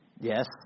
Yes